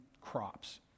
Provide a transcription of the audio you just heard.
crops